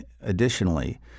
additionally